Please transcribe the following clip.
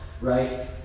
right